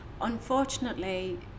Unfortunately